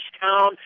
town